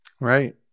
Right